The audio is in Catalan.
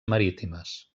marítimes